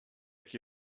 qui